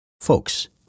Folks